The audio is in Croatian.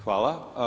Hvala.